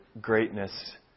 greatness